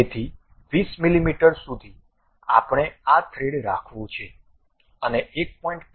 તેથી 20 મીમી સુધી આપણે આ થ્રેડ રાખવું છે અને 1